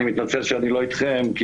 אני מתנצל שאני לא אתכם,